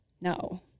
No